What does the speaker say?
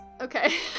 Okay